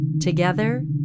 Together